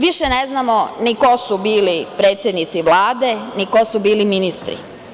Više ne znamo ni ko su bili predsednici Vlade, ni ko su bili ministri.